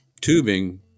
tubing